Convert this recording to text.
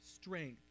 strength